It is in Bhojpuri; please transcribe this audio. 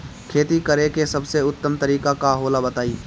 खेती करे के सबसे उत्तम तरीका का होला बताई?